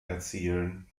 erzielen